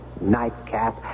nightcap